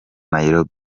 nairobi